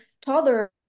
toddler